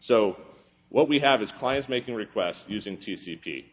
so what we have is clients making requests using t c p